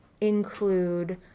include